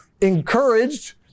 encouraged